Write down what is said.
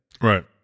Right